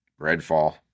Redfall